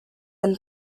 and